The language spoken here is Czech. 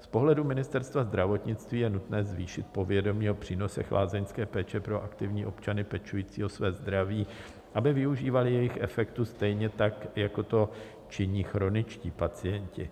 Z pohledu Ministerstva zdravotnictví je nutné zvýšit povědomí o přínosech lázeňské péče pro aktivní občany pečující o své zdraví, aby využívali jejího efektu, stejně tak jako to činí chroničtí pacienti.